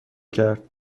کرد